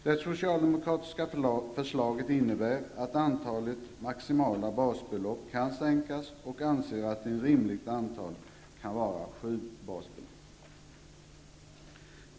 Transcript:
Det socialdemokratiska förslaget innebär att antalet maximala basbelopp kan sänkas, och vi anser att ett rimligt antal kan vara sju basbelopp.